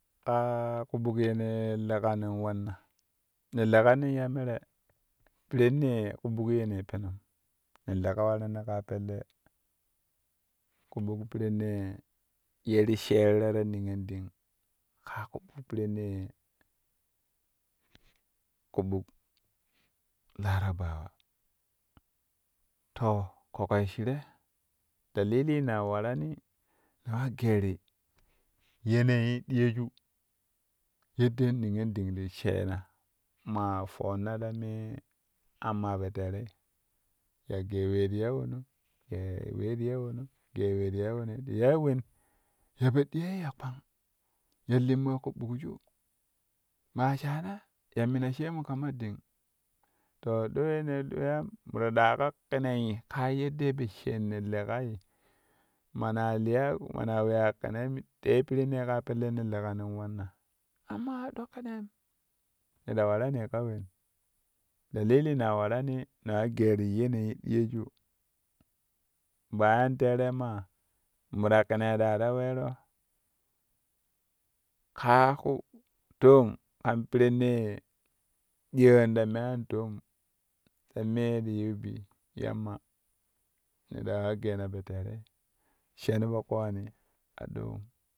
Kaa ƙuɓuk yene leƙa nen wanna ne leƙa nen ya mere pirennee ƙuɓuk yene penom ne leƙa warani kaa pelle ƙuɓuk pirennee kuɓuk larabawa ko ƙoƙoi shire dalili na warani naa gerui yanayi diyoju yeddee niyonɗing ti sheenna ma foonna ta meye amma po terei ya gee wee ti ya wono gee wee ti ya wono gee wee ti ya wono ti yai wen? Ya po ɗiyoi ya kpang ya limmo ƙuɓukju maa shana ya mina sheemu kama ɗing to ɗo we ne veyam mo ɗa ɗaa ka kinei ka yeddee po shaanno leƙai mana liya mana weya ƙinei le pirennee ne leƙa kaa pelle nen wannan amma a ɗo kinein ne ta warani ka wen dalili na warani na geeru yeneyi diyoju bayana terei ma moɗa kinei daa ta weero kaa ku doong kan pirennee diyoom ta me an toom ta mee ti yiu bi yamma ne taa we geena po terei shen po kowani aɗowem.